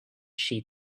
she